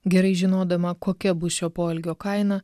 gerai žinodama kokia bus šio poelgio kaina